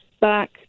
back